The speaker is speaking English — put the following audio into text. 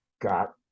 got